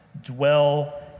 dwell